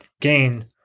gain